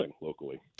locally